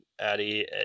Addy